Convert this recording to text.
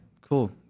cool